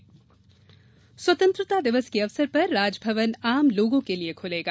राज्यपाल स्वतंत्रता दिवस के अवसर पर राजभवन आम लोगों के लिए खुलेगा